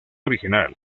original